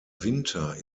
winter